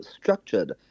structured